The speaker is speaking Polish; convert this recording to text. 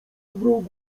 wrogów